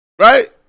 right